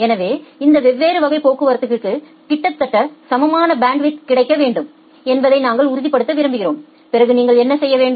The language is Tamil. எனவே இந்த வெவ்வேறு வகை போக்குவரத்துகளுக்கு கிட்டத்தட்ட சமமான பேண்ட்வித் கிடைக்க வேண்டும் என்பதை நாங்கள் உறுதிப்படுத்த விரும்புகிறோம் பிறகு நீங்கள் என்ன செய்ய வேண்டும்